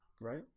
Right